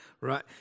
right